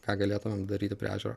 ką galėtumėm daryti prie ežero